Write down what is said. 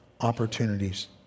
opportunities